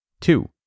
Two